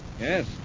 Yes